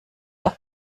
auf